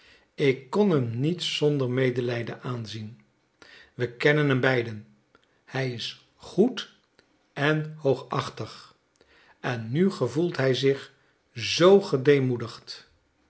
ik kon hem niet zonder medelijden aanzien we kennen hem beiden hij is goed en hooghartig en nu gevoelt hij zich zoo